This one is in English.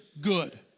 good